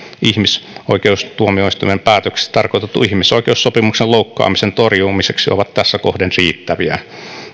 ihmisoikeustuomioistuimen päätöksissä tarkoitetun ihmisoikeussopimuksen loukkaamisen torjumiseksi ovat tässä kohden riittäviä